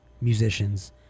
musicians